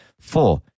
Four